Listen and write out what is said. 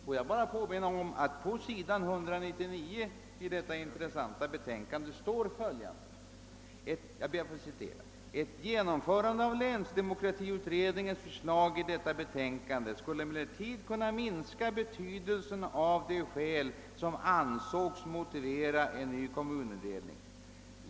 Jag vill bara påminna om att det på s. 199 i utredningens intressanta betänkande står följande: »Ett genomförande av länsdemokratiutredningens förslag i detta betänkande skulle emellertid kunna minska bety delsen av de skäl som ansågs motivera en ny kommunindelning.